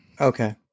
Okay